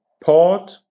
port